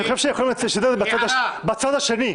אני חושב שיכול להיות ששודר בצד השני.